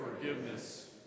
forgiveness